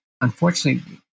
unfortunately